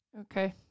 Okay